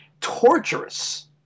torturous